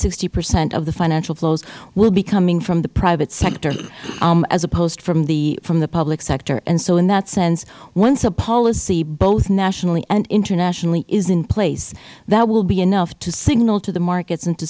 sixty percent of the financial flows will be coming from the private sector as opposed to from the public sector and so in that sense once a policy both nationally and internationally is in place that will be enough to signal to the markets